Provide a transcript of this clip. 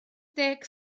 deg